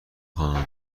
خواهم